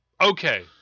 Okay